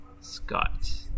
Scott